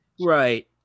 Right